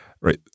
Right